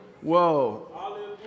Whoa